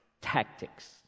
tactics